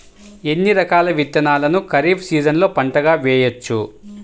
ఎన్ని రకాల విత్తనాలను ఖరీఫ్ సీజన్లో పంటగా వేయచ్చు?